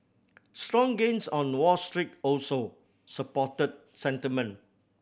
strong gains on Wall Street also supported sentiment